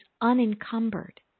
unencumbered